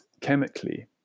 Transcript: chemically